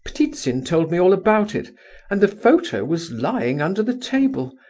ptitsin told me all about it and the photo was lying under the table,